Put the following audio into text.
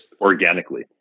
organically